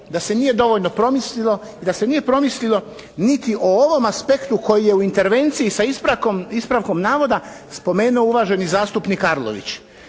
da se nije dovoljno promislilo i da se nije promislilo niti o ovome aspektu koji je u intervenciji sa ispravkom navoda spomenuo uvaženi zastupnik Arlović.